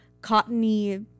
cottony